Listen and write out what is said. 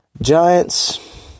Giants